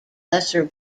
lesser